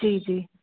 जी जी